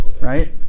right